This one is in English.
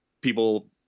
people